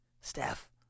Steph